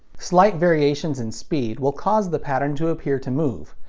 slight variations in speed will cause the pattern to appear to move.